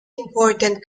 important